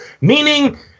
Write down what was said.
meaning